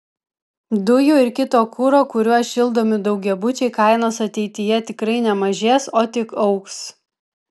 dujų ir kito kuro kuriuo šildomi daugiabučiai kainos ateityje tikrai nemažės o tik augs